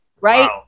Right